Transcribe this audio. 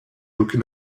aucune